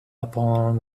upon